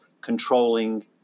controlling